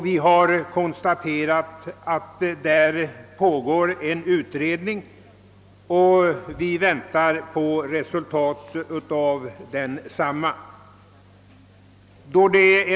Vi har konstaterat att en utredning pågår i denna fråga, och vi väntar på resultat av densamma.